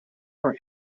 for